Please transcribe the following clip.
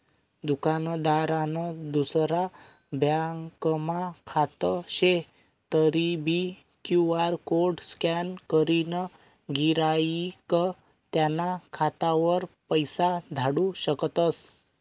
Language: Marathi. दुकानदारनं दुसरा ब्यांकमा खातं शे तरीबी क्यु.आर कोड स्कॅन करीसन गिराईक त्याना खातावर पैसा धाडू शकतस